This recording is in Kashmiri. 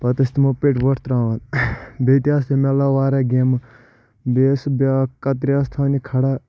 پَتہٕ أسۍ تِمو پٮ۪ٹھ وۄٹھ تراوان بیٚیہِ تہِ آسہٕ تمہِ علاوٕ واریاہ گیمہٕ بیٚیہِ ٲسۍ بیاکھ کَترِ آسہِ تھاونہِ کھڑا